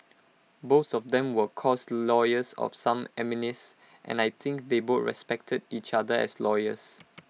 both of them were of course lawyers of some eminence and I think they both respected each other as lawyers